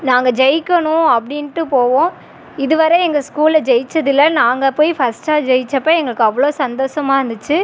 நாங்கள் ஜெயிக்கணும் அப்படினுட்டு போவோம் இதுவரை எங்கள் ஸ்கூல் ஜெயிச்சதுல்லை நாங்கள் போய் ஃபஸ்ட்டாக ஜெயித்தப்ப எங்களுக்கு அவ்வளோ சந்தோஷமா இருந்துச்சு